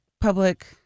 public